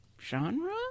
genre